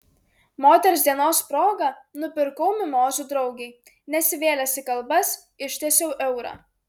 moters dienos proga nupirkau mimozų draugei nesivėlęs į kalbas ištiesiau eurą